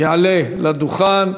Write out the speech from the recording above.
יעלה לדוכן.